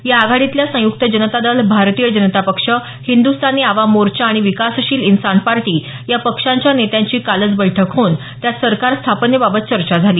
या आघाडीतल्या संयुक्त जनता दल भारतीय जनता पक्ष हिंद्स्तानी आवाम मोर्चा आणि विकासशील इन्सान पार्टी या पक्षांच्या नेत्यांची कालच बैठक होऊन त्यात सरकार स्थापनेबाबत चर्चा झाली